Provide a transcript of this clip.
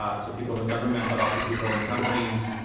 but so people in government, but also people in companies.